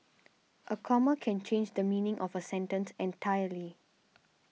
a comma can change the meaning of a sentence entirely